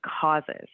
causes